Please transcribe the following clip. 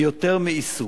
היא יותר מעיסוק.